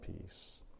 peace